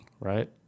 Right